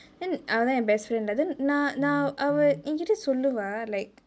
then அவதா என்:avathaa en best friend lah then நா நா அவ என்கிட்டே சொல்லுவா:na na ava enkittae solluvaa like